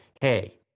hey